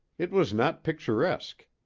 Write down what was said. it was not picturesque,